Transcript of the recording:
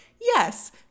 yes